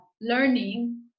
learning